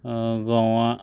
गुवा